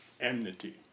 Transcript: enmity